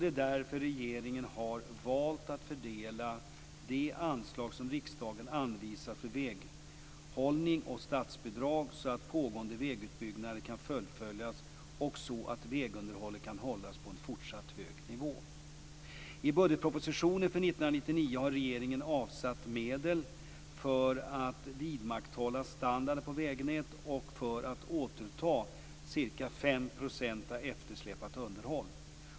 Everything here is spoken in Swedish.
Det är därför regeringen har valt att fördela de anslag som riksdagen anvisar för väghållning och statsbidrag så att pågående vägutbyggnad kan fullföljas och så att vägunderhållet kan hållas på en fortsatt hög nivå. I budgetpropositionen för 1999 har regeringen avsatt medel för att vidmakthålla standarden på vägnätet och för att återta ca 5 % av eftersläpat underhåll.